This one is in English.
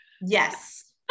Yes